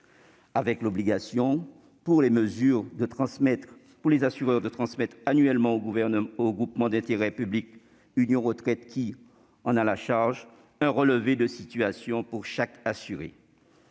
avec obligation pour les assureurs de transmettre annuellement au groupement d'intérêt public Union Retraite un relevé de situation pour chaque assuré.